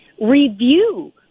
review